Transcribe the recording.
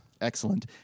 Excellent